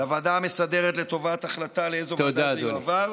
לוועדה המסדרת לטובת החלטה לאיזו ועדה זה יועבר.